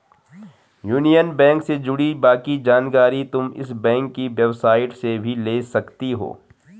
union bank से जुड़ी बाकी जानकारी तुम इस बैंक की वेबसाईट से भी ले सकती हो